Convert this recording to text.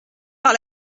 par